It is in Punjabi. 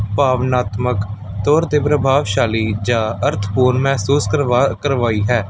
ਭਾਵਨਾਤਮਕ ਤੌਰ 'ਤੇ ਪ੍ਰਭਾਵਸ਼ਾਲੀ ਜਾ ਅਰਥ ਪੂਰਨ ਮਹਿਸੂਸ ਕਰਵਾ ਕਰਵਾਈ ਹੈ